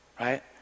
Right